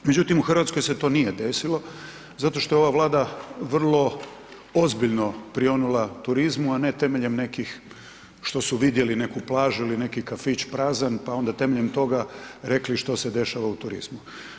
Međutim u Hrvatskoj se to nije desilo zato što je ova Vlada vrlo ozbiljno prionula turizmu, a ne temeljem nekih što su vidjeli neku plažu ili neki kafić prazan pa onda temeljem toga rekli što se dešava u turizmu.